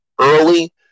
early